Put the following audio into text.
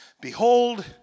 behold